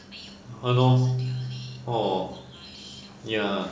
!hannor! orh ya